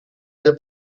del